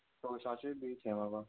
तवशाचेर बीच हें बाबा